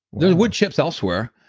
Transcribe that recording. there's wood chips elsewhere,